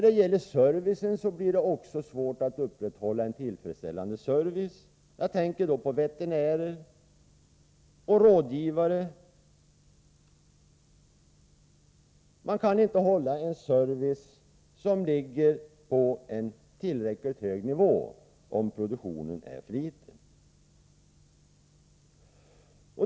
Det blir också svårt att upprätthålla en tillfredsställande service. Jag tänker då på veterinärer och rådgivare. Man kan inte hålla en service på tillräckligt hög nivå, om produktionen är för liten.